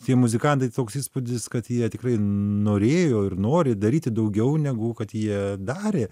tie muzikantai toks įspūdis kad jie tikrai norėjo ir nori daryti daugiau negu kad jie darė